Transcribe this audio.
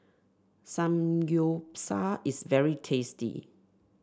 samgyeopsal is very tasty